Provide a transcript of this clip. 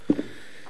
אדוני היושב-ראש,